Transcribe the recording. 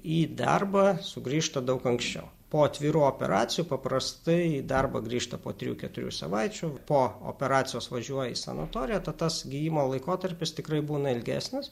į darbą sugrįžta daug anksčiau po atvirų operacijų paprastai darbą grįžta po trijų keturių savaičių po operacijos važiuoja į sanatoriją tad tas gijimo laikotarpis tikrai būna ilgesnis